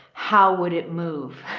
how would it move?